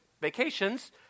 vacations